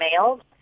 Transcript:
mailed